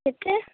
کتنے